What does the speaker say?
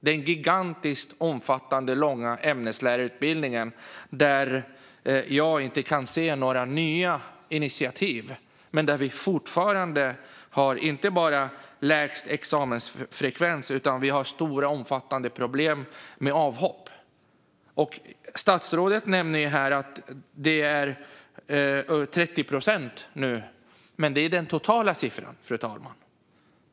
Jag kan inte se några nya initiativ när det gäller den gigantiska, omfattande och långa ämneslärarutbildningen. Där är det fortfarande lägst examensfrekvens och stora, omfattande problem med avhopp. Statsrådet nämner att det nu ligger på 30 procent. Men det är den totala siffran, fru talman.